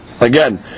again